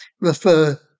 refer